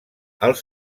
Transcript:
els